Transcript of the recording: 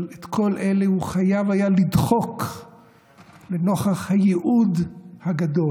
אבל את כל אלה הוא חייב היה לדחוק לנוכח הייעוד הגדול